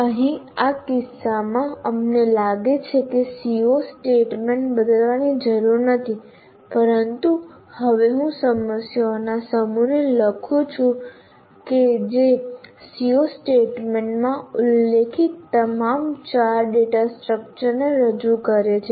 અહીં આ કિસ્સામાં અમને લાગે છે કે CO સ્ટેટમેન્ટ બદલવાની જરૂર નથી પરંતુ હવે હું સમસ્યાઓના સમૂહને લખું છું જે CO સ્ટેટમેન્ટમાં ઉલ્લેખિત તમામ ચાર ડેટા સ્ટ્રક્ચરને રજૂ કરે છે